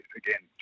again